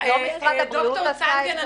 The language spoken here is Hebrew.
דוקטור צנגן,